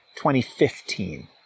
2015